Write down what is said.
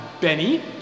benny